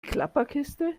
klapperkiste